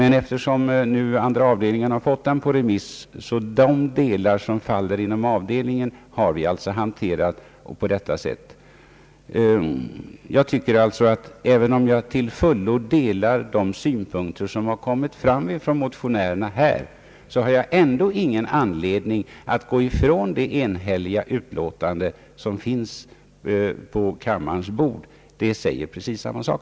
Nu har emellertid andra avdelningen fått dem på remiss, och de delar som faller inom avdelningens verksamhetsfält har vi alltså hanterat på detta sätt. Även om jag till fullo delar de synpunkter som anförts av motionärerna i detta ärende tycker jag inte att jag har någon anledning att gå ifrån det enhälliga utlåtande som ligger på kammarens bord. Det säger precis samma sak.